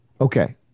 Okay